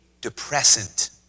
depressant